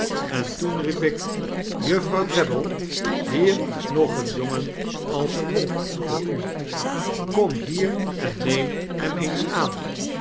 en toen riep ik juffrouw drabble hier is nog een jongen als een wolk voor u kom hier en neem hem eens aan